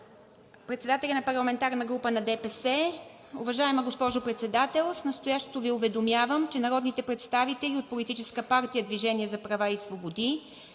председателя на парламентарната група на ДПС: „Уважаема госпожо Председател! С настоящето Ви уведомявам, че народните представители от Политическа партия „Движение за права и свободи“